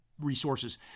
resources